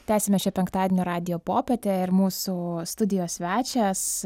tęsiame šio penktadienio radijo popietę ir mūsų studijos svečias